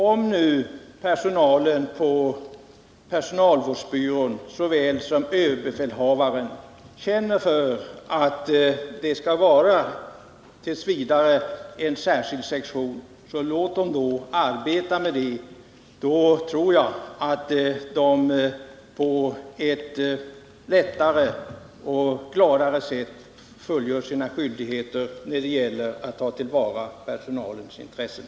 Om personalen på personalvårdsbyrån såväl som överbefälhavaren känner att detta t. v. skall skötas av en särskild sektion så låt dem arbeta på det sättet. Då tror jag att de på ett enklare och klarare sätt fullgör sina skyldigheter när det gäller att ta till vara personalens intressen.